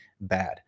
bad